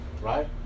right